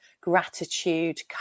gratitude